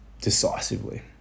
decisively